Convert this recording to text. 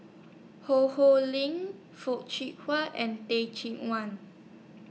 Ho Ho Ling Foo and Teh Cheang Wan